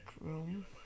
room